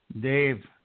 Dave